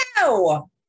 No